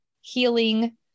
healing